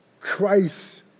Christ